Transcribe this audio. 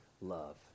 love